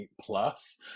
plus